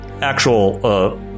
actual